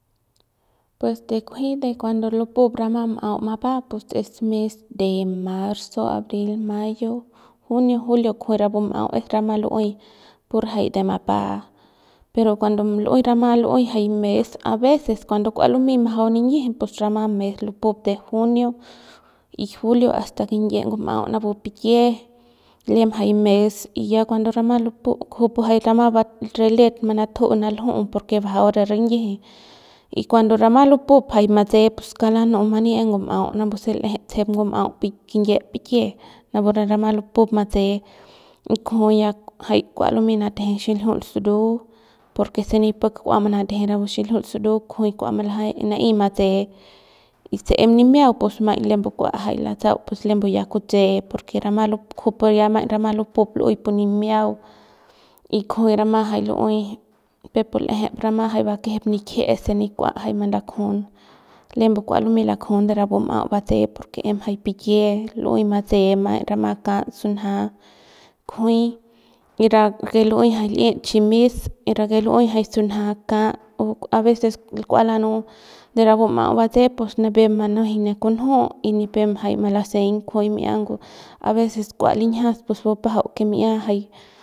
Pues de kunji cuando lupup rama m'au mapba pues es mes de marzo abril, mayo, junio, julio kijuy rapu m'au es rama lu'uey pur jay de mapa pero cuando jay rama lu'uey jay mes a veces cuando kua lumey majau ninyiji pus rama mes lupup de junio y julio asta kinyie ngum'au napu pikie lem jay mes y ya cuando rama lupup kujupu jay rama kujupu re let manatju nalju'u porque bajau re rinyiji y cuando rama lupup jay matse pus kauk lanu'u mani es ngum'au napu tsejep pik ngum'au kinyie pikie rapu re rama lupup matse y kujuy ya jay kua ya lumey manateje xiljiul suru porque si nikua manateje napu xiljiul suru kujuy kua malaja kua manaey matse y se em nimiau pus lembu kua jay latsau lembe ya kutse porque ya rama kujupu ya rama lupup lu'uey pu nimiau y kujuy rama jay lu'uey peuk pu l'eje rama jay bakejep nikjie se ni kua jay malakjun lembu kua lumey malakjun de rapu m'au batse porque em jay pikie lu'uey matse maiñ rama kat sunja kujuey lu'uey jay li'it ximis y rake lu'uey jay sunja kats a veces kua lanu de rapu m'au batse pus nipep manujeiñ ne kunju y nipep jay malaseiñ kujui mi'ia ngu a veces kua linjias pus bupajau mi'ia jay.